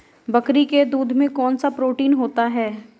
बकरी के दूध में कौनसा प्रोटीन होता है?